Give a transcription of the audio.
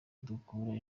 dukura